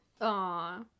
Aw